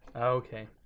Okay